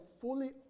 fully